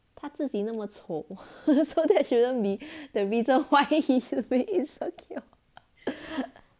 他自己那么丑 so that shouldn't be the reason why he should be insecure